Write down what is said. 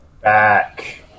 Back